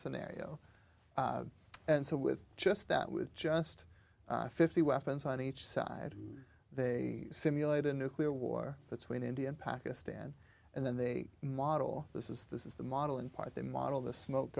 scenario and so with just that with just fifty weapons on each side they simulate a nuclear war between india and pakistan and then they model this is this is the model in part they model the smoke